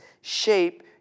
shape